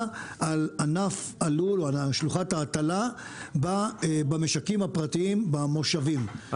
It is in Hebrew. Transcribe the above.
על שלוחת ההטלה במשקים הפרטיים במושבים,